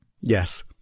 Yes